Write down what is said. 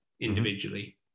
individually